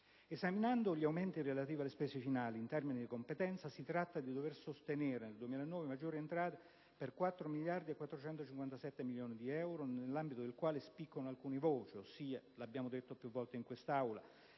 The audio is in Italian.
Esaminando gli aumenti relativi alle spese finali in termini di competenza si tratta di dover sostenere nel 2009 maggiori entrate per 4 miliardi e 457 milioni di euro nell'ambito delle quali spiccano alcune voci, come (l'abbiamo detto più volte in questa Aula):